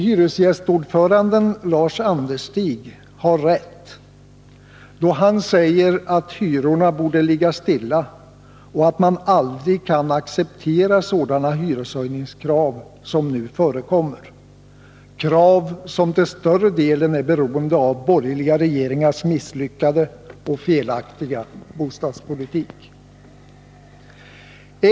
Hyresgästordföranden Lars Anderstig har rätt då han säger att hyrorna borde ligga stilla och att man aldrig kan acceptera sådana hyreshöjningskrav som nu förekommer — krav som till större delen beror på borgerliga regeringars misslyckade och felaktiga bostadspolitik.